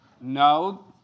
No